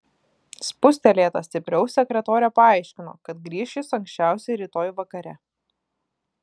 spustelėta stipriau sekretorė paaiškino kad grįš jis anksčiausiai rytoj vakare